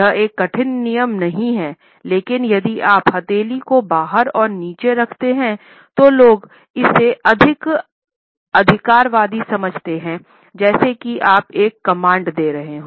यह एक कठिन नियम नहीं है लेकिन यदि आप हथेली को बाहर और नीचे रखते हैं तो लोग इसे अधिक अधिकारवादी समझते हैं जैसे कि आप एक कमांड दे रहे हैं